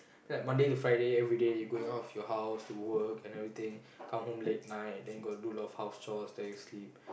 like Monday to Friday every day you going off your house to work and everything come home late night then got do a lot of house chores then you sleep